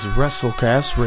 WrestleCast